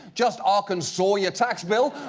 just arkan-saw your tax bill?